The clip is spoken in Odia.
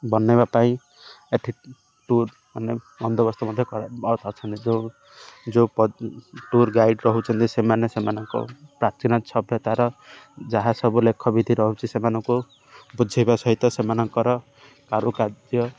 ବନେଇବା ପାଇଁ ଏଠି ଟୁର୍ ମାନେ ବନ୍ଦୋବସ୍ତ ମଧ୍ୟ ଅଛନ୍ତି ଯେଉଁ ଯେଉଁ ଟୁର୍ ଗାଇଡ଼ ରହୁଛନ୍ତି ସେମାନେ ସେମାନଙ୍କ ପ୍ରାଚୀନ ସଭ୍ୟତାର ଯାହା ସବୁ ଲେଖ ବିଧି ରହୁଛି ସେମାନଙ୍କୁ ବୁଝେଇବା ସହିତ ସେମାନଙ୍କର କାରୁକାର୍ଯ୍ୟ